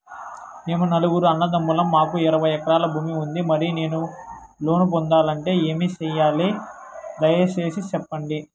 మేము నలుగురు అన్నదమ్ములం మాకు ఇరవై ఎకరాల భూమి ఉంది, మరి నేను లోను పొందాలంటే ఏమి సెయ్యాలి? దయసేసి సెప్పండి?